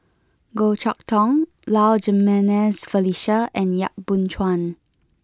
Goh Chok Tong Low Jimenez Felicia and Yap Boon Chuan